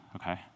okay